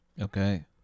Okay